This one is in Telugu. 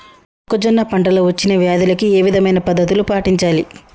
మొక్కజొన్న పంట లో వచ్చిన వ్యాధులకి ఏ విధమైన పద్ధతులు పాటించాలి?